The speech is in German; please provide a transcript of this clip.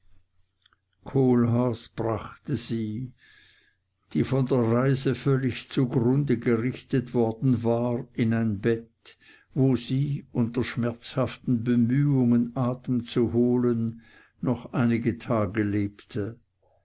kohlhaas brachte sie die von der reise völlig zugrunde gerichtet worden war in ein bett wo sie unter schmerzhaften bemühungen atem zu holen noch einige tage lebte